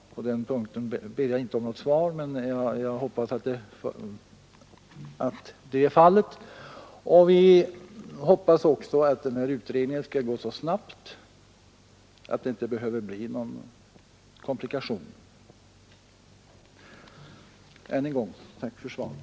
På den punkten ber jag inte om något svar, men jag hoppas att så är fallet. Vi hoppas också att den här utredningen skall gå så snabbt att det inte behöver bli någon komplikation. Än en gång: Tack för svaret!